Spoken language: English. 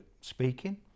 speaking